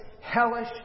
hellish